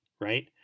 Right